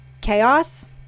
chaos